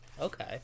Okay